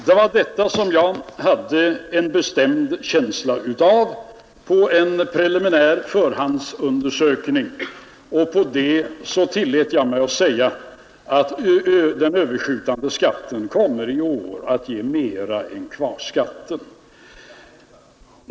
Det var detta jag hade en bestämd känsla av med anledning av en preliminär förhandsundersökning och tillät mig därför att säga att den överskjutande skatten i år kommer att ge mer än kvarskatten.